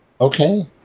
Okay